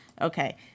Okay